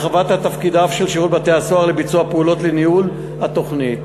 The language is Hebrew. הרחבת תפקידיו של שירות בתי-הסוהר לביצוע פעולות לניהול התוכנית